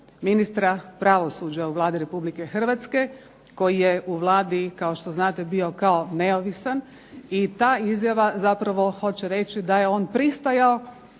ministra pravosuđa u Vladi Republike Hrvatske, koji je u Vladi znate bio kao neovisan i ta izjava zapravo hoće reći da je on pristajao